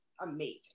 amazing